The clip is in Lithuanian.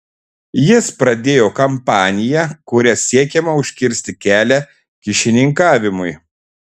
jis pradėjo kampaniją kuria siekiama užkirsti kelią kyšininkavimui